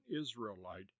Israelite